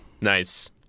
Nice